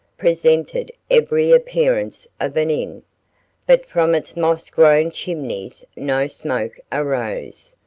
presented every appearance of an inn, but from its moss-grown chimneys no smoke arose,